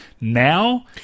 Now